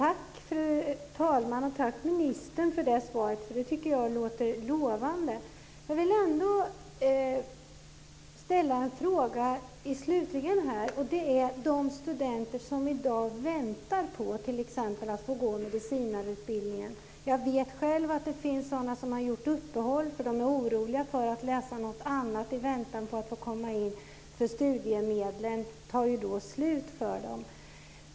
Fru talman! Tack, ministern, för svaret. Det låter lovande. Jag vill ändå ställa en ytterligare fråga. Den gäller de studenter som i dag väntar på att få gå t.ex. medicinutbildningen. Jag vet att det finns de som har gjort studieuppehåll. De är oroliga för att läsa något annat i väntan på att komma in eftersom studiemedlen skulle ta slut för dem.